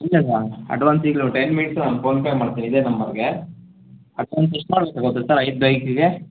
ಇಲ್ಲ sir advance ಈಗಲೇ ten ಮಿನಿಟ್ಸಲ್ಲಿ ಫೋನ್ಪೇ ಮಾಡ್ತೀವಿ ಇದೆ ನಂಬರ್ಗೆ ಅಡ್ವಾನ್ಸ್ ಎಷ್ಟು ಮಾಡಬೇಕಾಗುತ್ತೆ ಸರ್ ಐದು ಬೈಕಿಗೆ